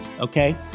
okay